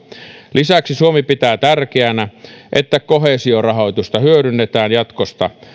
lisäksi suomi pitää tärkeänä että koheesiorahoitusta hyödynnetään jatkossa